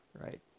Right